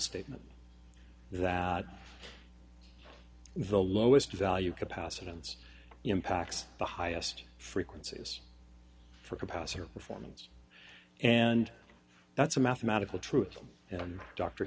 statement that the lowest value capacitance impacts the highest frequencies for capacitor performance and that's a mathematical truth and dr